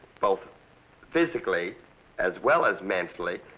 both physically as well as mentally,